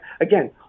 again